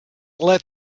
let